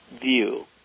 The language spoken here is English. view